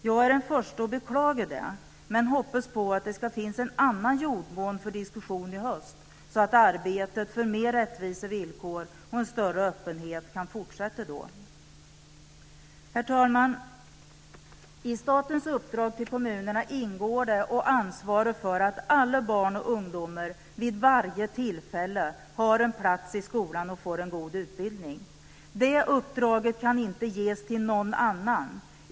Jag är den förste att beklaga det men hoppas att det ska finnas en annan jordmån för diskussion i höst, så att arbetet för mer rättvisa villkor och större öppenhet kan fortsätta då. Herr talman! I statens uppdrag till kommunerna ingår att ansvara för att alla barn och ungdomar vid varje tillfälle har en plats i skolan och får en god utbildning. Det uppdraget kan inte ges till någon annan.